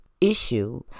issue